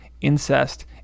incest